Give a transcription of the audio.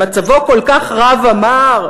שמצבו כל כך רע ומר?